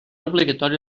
obligatori